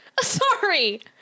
sorry